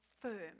firm